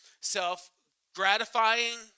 self-gratifying